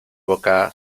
boca